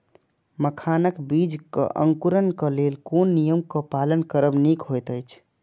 मखानक बीज़ क अंकुरन क लेल कोन नियम क पालन करब निक होयत अछि?